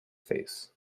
face